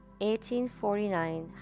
1849